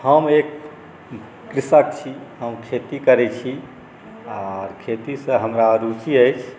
हम एक कृषक छी हम खेती करै छी आओर खेतीसँ हमरा रुचि अछि